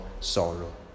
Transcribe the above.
sorrow